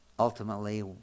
Ultimately